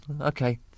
Okay